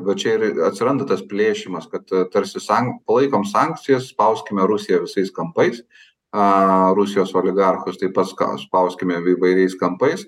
va čia ir atsiranda tas plėšymas kad tarsi san palaikom sankcijas spauskime rusiją visais kampais aaa rusijos oligarchus tai pas ska spauskime įvairiais kampais